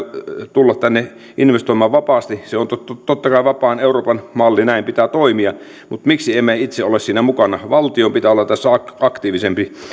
tulla tänne investoimaan vapaasti on totta kai vapaan euroopan malli näin pitää toimia mutta miksi emme itse ole siinä mukana valtion pitää olla tässä aktiivisempi